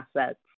assets